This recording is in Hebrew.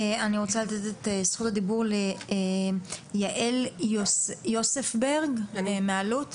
אני רוצה לתת את זכות הדיבור ליעל יוספברג מאלו"ט,